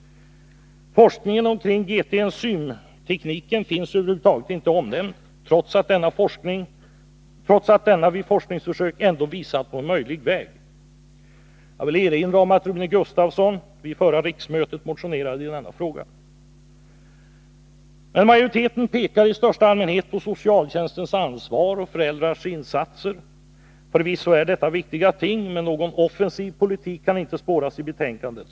Forskningen omkring GT-enzymtekniken finns över huvud taget inte omnämnd, trots att denna vid forskningsförsök ändock visat på en möjlig väg. Jag vill erinra om att Rune Gustavsson vid förra riksmötet motionerade i denna fråga. Men majoriteten pekar i största allmänhet på socialtjänstens ansvar och föräldrarnas insatser. Förvisso är detta viktiga ting, men någon offensiv politik kan inte spåras i betänkandet.